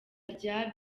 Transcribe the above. rya